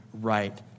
right